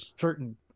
certain